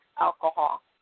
alcohol